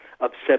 upset